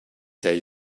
day